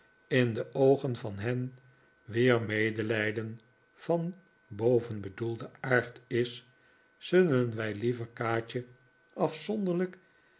in de oogen van hen wier medelijden van bovenbedoelden aard is zullen wij liever kaatje afzonderlijk